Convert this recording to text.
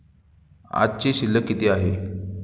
आजची शिल्लक किती आहे?